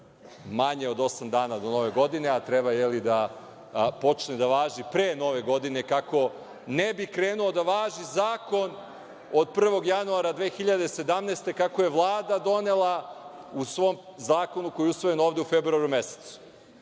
manje od osam dana do nove godine, a treba da počne da važi pre nove godine, kako ne bi krenuo da važi zakon od 1. januara 2017. godine, kako je Vlada donela u zakonu koji je usvojen ovde u februaru mesecu. Onda